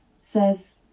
says